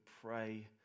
pray